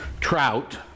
trout